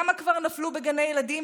כמה כבר נפלו בגני ילדים,